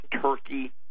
Turkey